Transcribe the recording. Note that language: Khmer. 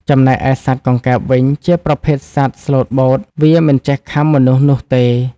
ចំណែកឯសត្វកង្កែបវិញជាប្រភេទសត្វស្លូតបូត វាមិនចេះខាំមនុស្សនោះទេ។